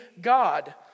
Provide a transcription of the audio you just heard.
God